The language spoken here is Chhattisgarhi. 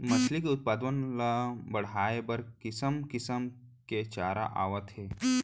मछरी के उत्पादन ल बड़हाए बर किसम किसम के चारा आवत हे